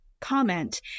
comment